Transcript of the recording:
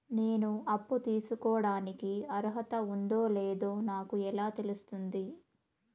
నేను అప్పు తీసుకోడానికి అర్హత ఉందో లేదో నాకు ఎలా తెలుస్తుంది?